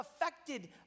affected